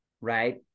right